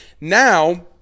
Now